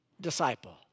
disciple